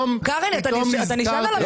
קרעי, אתה נשען על המשותפת?